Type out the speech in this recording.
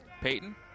Peyton